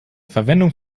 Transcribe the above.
verwendung